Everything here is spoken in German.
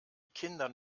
kindern